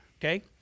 okay